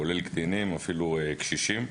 כולל קטינים ואפילו קשישים.